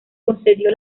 concedió